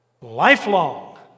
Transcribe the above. Lifelong